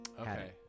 Okay